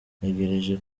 ntegereje